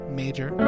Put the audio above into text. major